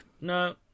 No